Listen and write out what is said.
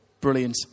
Brilliant